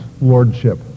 Lordship